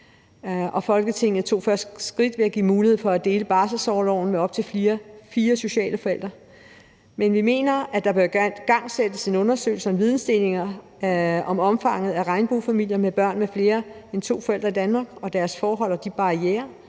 Folketinget tog det første skridt ved at give mulighed for at dele barselsorloven med op til fire sociale forældre. Men vi mener, at der bør igangsættes en undersøgelse og en vidensdeling om omfanget af regnbuefamilier med børn med flere end to forældre i Danmark og deres forhold og de barrierer,